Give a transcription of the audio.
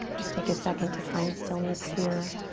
let's take a second to find stillness here.